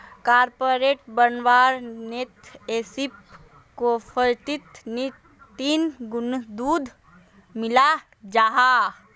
cafe latte बनवार तने espresso कोफ्फीत तीन गुणा दूध मिलाल जाहा